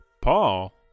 Paul